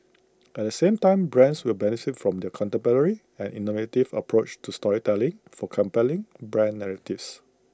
at the same time brands will benefit from their contemporary and innovative approach to storytelling for compelling brand narratives